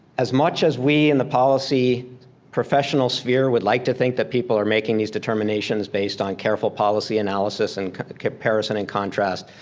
as much as we in the policy professional sphere would like to think that people are making these determinations based on careful policy analysis and comparison and contrast,